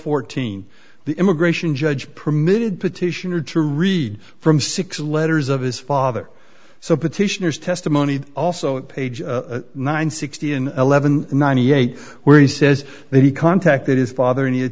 fourteen the immigration judge permitted petitioner to read from six letters of his father so petitioners testimony also page nine hundred eleven ninety eight where he says that he contacted his father and he